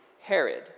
Herod